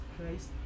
Christ